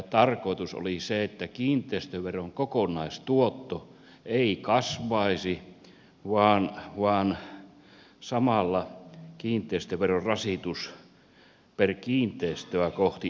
tarkoitus oli se että kiinteistöveron kokonaistuotto ei kasvaisi vaan samalla kiinteistöverorasitus kiinteistöä kohti alenisi